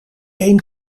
één